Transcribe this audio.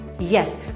Yes